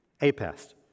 APEST